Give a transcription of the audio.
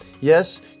Yes